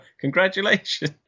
congratulations